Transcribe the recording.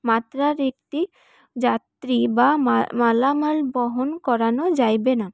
মাত্রাতিরিক্ত যাত্রী বা মালামাল বহন করানো যাইবে না